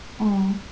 mm